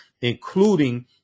including